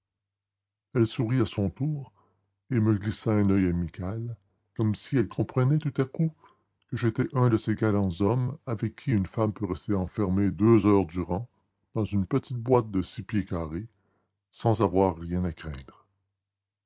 elle sourit à son tour et me glissa un oeil amical comme si elle comprenait tout à coup que j'étais un de ces galants hommes avec qui une femme peut rester enfermée deux heures durant dans une petite boîte de six pieds carrés sans avoir rien à craindre